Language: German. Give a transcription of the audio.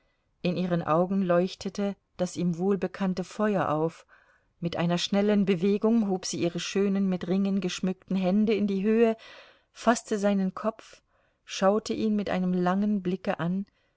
in ihren augen leuchtete das ihm wohlbekannte feuer auf mit einer schnellen bewegung hob sie ihre schönen mit ringen geschmückten hände in die höhe faßte seinen kopf schaute ihn mit einem langen blicke an